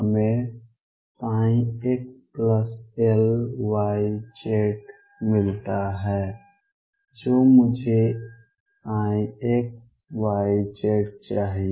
हमें ψxLyz मिलता है जो मुझे ψxyz चाहिए